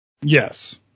Yes